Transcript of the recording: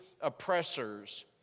oppressors